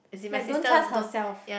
like don't trust herself